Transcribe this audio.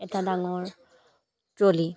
এটা ডাঙৰ ট্ৰলি